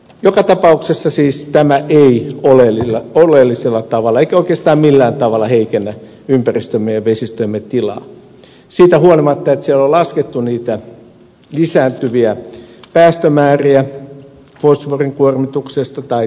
joka tapauksessa tämä ei siis oleellisella eikä oikeastaan millään tavalla heikennä ympäristömme ja vesistöjemme tilaa siitä huolimatta että siellä on laskettu niitä lisääntyviä päästömääriä fosforin kuormituksesta tai typestä